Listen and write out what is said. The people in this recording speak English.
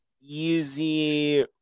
easy